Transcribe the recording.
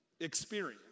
experience